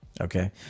okay